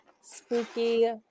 Spooky